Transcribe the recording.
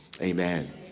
Amen